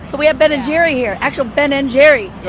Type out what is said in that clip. so we have ben and jerry's here. actual ben and jerry's.